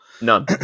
None